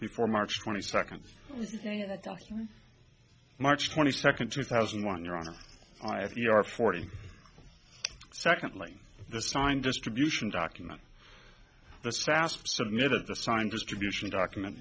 before march twenty second march twenty second two thousand and one your honor i if you are forty secondly the signed distribution document the sas submitted the signed distribution document